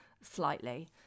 slightly